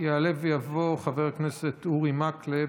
יעלה ויבוא חבר הכנסת אורי מקלב,